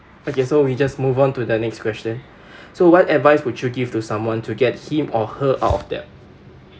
okay so we just move on to the next question so what advice would you give to someone to get him or her out of debt